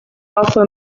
also